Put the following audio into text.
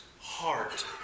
heart